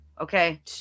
Okay